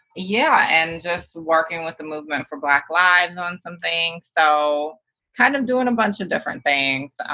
yeah, and just working with the movement for black lives on some things, so kind of doing a bunch of different things,